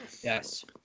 Yes